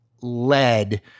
led